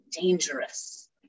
dangerous